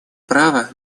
право